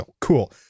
cool